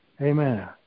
Amen